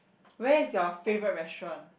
where is your favourite restaurant